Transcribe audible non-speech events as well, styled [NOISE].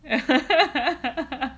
[LAUGHS]